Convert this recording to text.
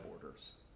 borders